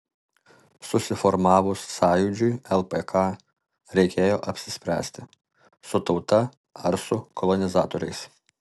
susiformavus sąjūdžiui lpk reikėjo apsispręsti su tauta ar su kolonizatoriais